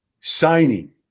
signing